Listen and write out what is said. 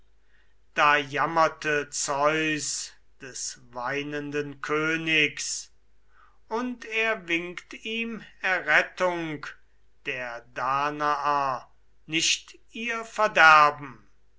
da jammerte zeus des weinenden königs und er winkt ihm errettung der danaer nicht ihr verderben